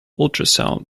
ultrasound